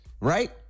right